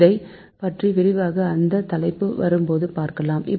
இதைபற்றி விரிவாக அந்த தலைப்பு வரும்போது பார்க்கலாம்